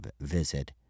visit